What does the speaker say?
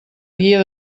guia